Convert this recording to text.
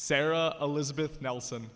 sarah elizabeth nelson